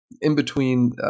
in-between